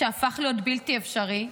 שהפך להיות בלתי אפשרי,